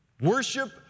worship